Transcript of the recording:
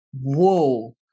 whoa